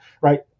right